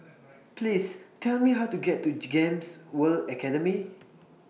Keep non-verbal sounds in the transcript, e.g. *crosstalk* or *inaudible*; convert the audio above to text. *noise* Please Tell Me How to get to G Gems World Academy *noise*